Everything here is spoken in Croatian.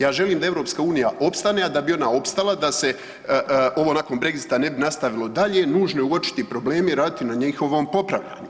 Ja želim da EU opstane, a da bi ona opstala da se ovo nakon Brexita ne bi nastavilo dalje, nužno je uočiti probleme i raditi na njihovom popravljanju.